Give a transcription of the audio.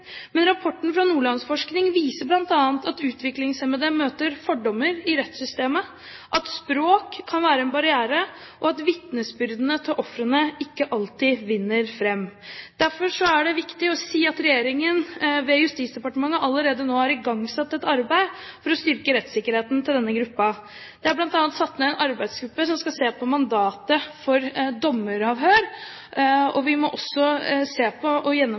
Men rapporten fra Nordlandsforskning viser bl.a. at utviklingshemmede møter fordommer i rettssystemet, at språk kan være en barriere, og at vitnesbyrdene til ofrene ikke alltid vinner fram. Derfor er det viktig å si at regjeringen ved Justisdepartementet allerede nå har igangsatt et arbeid for å styrke rettssikkerheten til denne gruppen. Det er bl.a. satt ned en arbeidsgruppe som skal se på mandatet for dommeravhør, og vi må også se på og